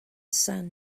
sun